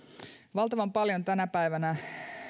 valtavan paljon tänä päivänä